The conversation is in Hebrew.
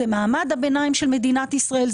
זה מעמד הביניים של מדינת ישראל,